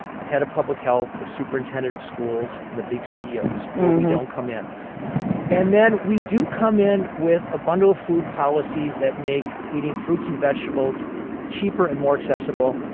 the head of public health, the superintendent of schools and the big ceos or we don't come in and we do come in with a bundle of food policies that make eating fruits and vegetables cheaper and more accessible,